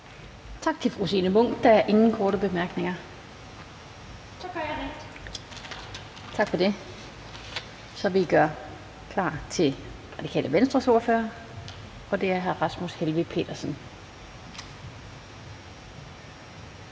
Tak til fru Signe Munk. Der er ingen korte bemærkninger. (Signe Munk (SF): Så gør jeg rent). Tak for det. Så vil vi gøre klar til Radikale Venstres ordfører, og det er hr. Rasmus Helveg Petersen.